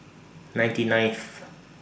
ninety ninth